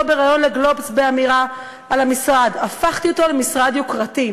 בריאיון ל"גלובס" באמירה על המשרד: "הפכתי אותו למשרד יוקרתי".